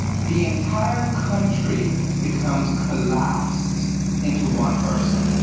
the entire country becomes collapsed into one person.